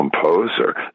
composer